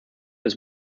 was